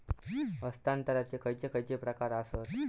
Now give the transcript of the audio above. हस्तांतराचे खयचे खयचे प्रकार आसत?